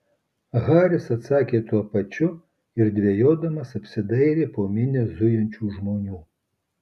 haris atsakė tuo pačiu ir dvejodamas apsidairė po minią zujančių žmonių